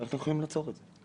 איך יכולים לעצור את זה?